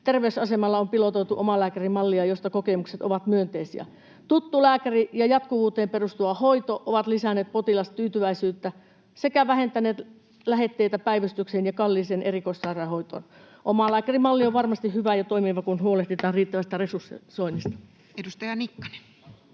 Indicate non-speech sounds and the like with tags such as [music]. terveysasemalla on pilotoitu omalääkärimallia, josta kokemukset ovat myönteisiä. Tuttu lääkäri ja jatkuvuuteen perustuva hoito ovat lisänneet potilastyytyväisyyttä sekä vähentäneet lähetteitä päivystykseen ja kalliiseen erikoissairaanhoitoon. [noise] Omalääkärimalli on varmasti hyvä ja toimiva, [noise] kun huolehditaan riittävästä resursoinnista. Edustaja Nikkanen.